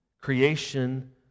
Creation